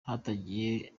hatagize